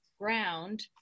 ground